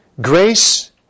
Grace